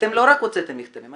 אתם לא רק הוצאתם מכתבים,